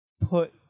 put